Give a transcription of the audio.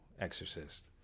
Exorcist